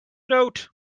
note